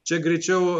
čia greičiau